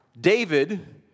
David